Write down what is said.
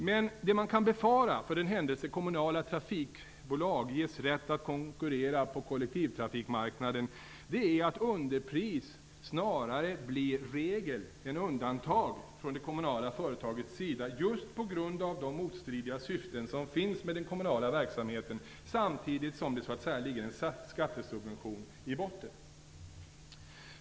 Men det man kan befara för den händelse kommunala trafikbolag ges rätt att konkurrera på kollektivtrafikmarknaden är att underpris snarare blir regel än undantag från det kommunala företagets sida just på grund av de motstridiga syften som finns med den kommunala verksamheten, samtidigt som det så att säga ligger en skattesubvention i botten.